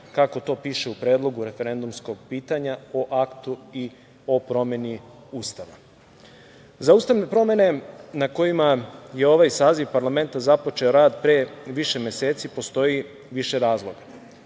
kako to piše u predlogu, referendumskog pitanja o Aktu i o promeni Ustava.Za ustavne promene na kojima je ovaj saziv parlamenta započeo rad pre više meseci postoji više razloga.